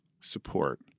support